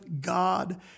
God